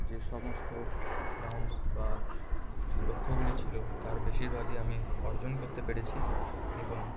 যে সমস্ত প্ল্যানস বা লক্ষ্যগুলি ছিলো তার বেশিরভাগই আমি অর্জন করতে পেরেছি এবং